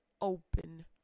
open